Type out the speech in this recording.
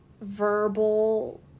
verbal